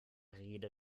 rede